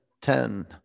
ten